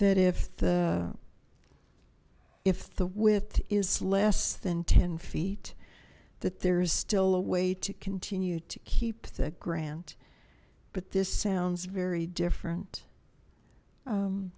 that if if the width is less than ten feet that there is still a way to continue to keep the grant but this sounds very different